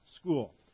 school